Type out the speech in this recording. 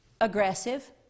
aggressive